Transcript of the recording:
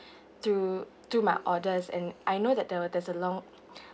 through through my orders and I know that there were there's a long